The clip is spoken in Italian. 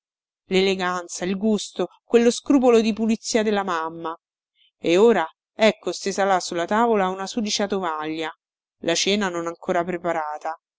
leleganza il gusto quello scrupolo di pulizia della mamma e ora ecco stesa là sulla tavola una sudicia tovaglia la cena non ancora preparata